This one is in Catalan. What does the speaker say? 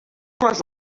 les